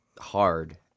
hard